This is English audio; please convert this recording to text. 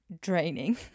draining